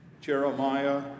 Jeremiah